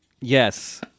Yes